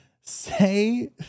Say